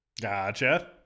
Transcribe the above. Gotcha